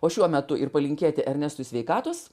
o šiuo metu ir palinkėti ernestui sveikatos